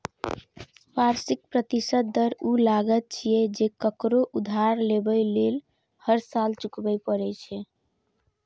वार्षिक प्रतिशत दर ऊ लागत छियै, जे ककरो उधार लेबय लेल हर साल चुकबै पड़ै छै